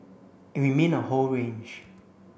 and we mean a whole range